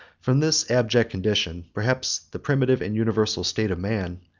from this abject condition, perhaps the primitive and universal state of man,